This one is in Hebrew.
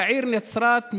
והעיר נצרת,